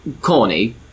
corny